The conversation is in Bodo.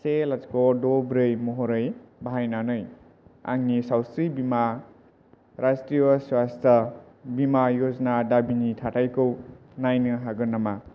से लाथिख' द' ब्रै महरै बाहायनानै आंनि सावस्रि बिमा राष्ट्रिय स्वास्थ बिमा य'जना दाबिनि थाथायखौ नायनो हागोन नामा